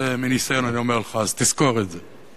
זה מניסיון אני אומר לך, אז תזכור את זה.